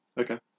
Okay